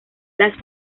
las